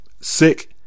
sick